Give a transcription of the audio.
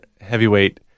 Heavyweight